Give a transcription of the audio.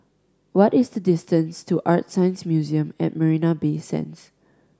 what is the distance to ArtScience Museum at Marina Bay Sands